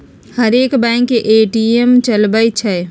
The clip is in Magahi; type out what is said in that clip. हरेक बैंक ए.टी.एम चलबइ छइ